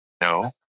No